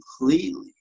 completely